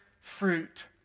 fruit